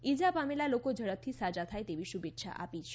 ઈજા પામેલાં લોકો ઝડપથી સાજા થાય તેવી શુભેચ્છા આપી છે